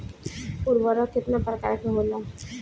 उर्वरक केतना प्रकार के होला?